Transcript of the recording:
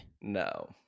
no